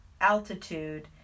altitude